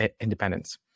independence